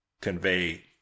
convey